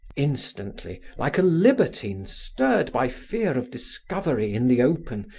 instantly, like a libertine stirred by fear of discovery in the open,